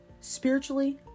spiritually